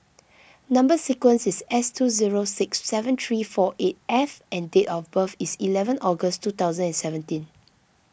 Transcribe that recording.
Number Sequence is S two zero six seven three four eight F and date of birth is eleven August two thousand and seventeen